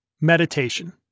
Meditation